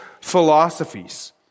philosophies